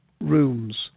Rooms